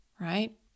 right